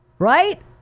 Right